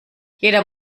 jeder